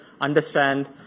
understand